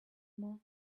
more